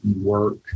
work